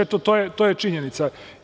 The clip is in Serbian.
Eto, to je činjenica.